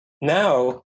Now